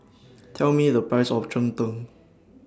Tell Me The Price of Cheng Tng